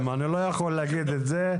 אני לא יכול להגיד את זה.